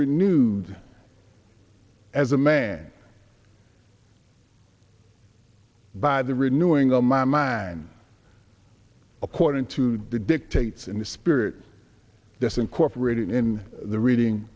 renewed as a man by the renewing of my mind according to the dictates in the spirit this incorporated in the reading